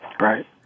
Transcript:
Right